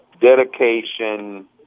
dedication